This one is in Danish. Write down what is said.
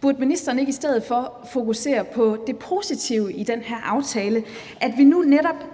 Burde ministeren ikke i stedet for fokusere på det positive i den her aftale, altså at vi nu netop